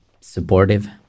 supportive